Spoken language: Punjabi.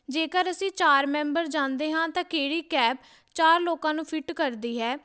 ਜੇਕਰ ਅਸੀਂ ਚਾਰ ਮੈਂਬਰ ਜਾਂਦੇ ਹਾਂ ਤਾਂ ਕਿਹੜੀ ਕੈਬ ਚਾਰ ਲੋਕਾਂ ਨੂੰ ਫਿੱਟ ਕਰਦੀ ਹੈ